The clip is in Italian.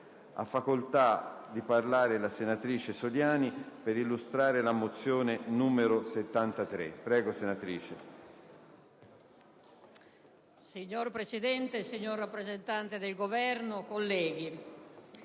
Ha facoltà di parlare la senatrice Soliani per illustrare la mozione n. 73